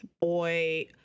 boy